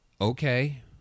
Okay